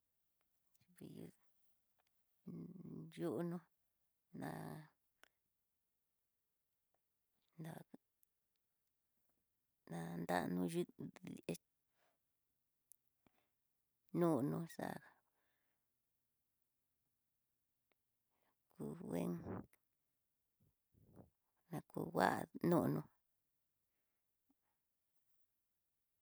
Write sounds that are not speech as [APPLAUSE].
Kuii yunó na- na- na- nara no xhitó, ex nonoxa'a ku [NOISE] ngueno na ku va'á nonó.